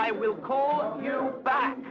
i will call you back